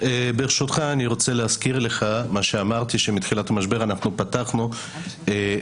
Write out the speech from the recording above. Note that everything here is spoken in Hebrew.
אני רוצה להזכיר לך מה שאמרתי שמתחילת המשבר אנחנו פתחנו נקודה